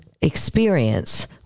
experience